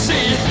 See